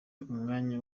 umwanya